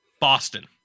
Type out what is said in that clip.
Boston